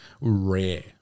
rare